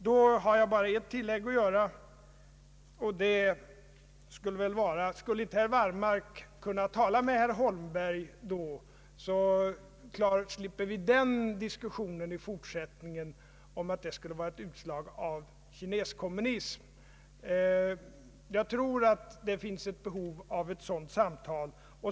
Då har jag bara ett tillägg att göra: Skulle inte herr Wallmark kunna tala med herr Holmberg, så slipper vi i fortsättningen diskussionen om att det skulle vara ett utslag av kineskommunism. Jag tror att det finns behov av ett sådant samtal.